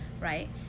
right